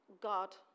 God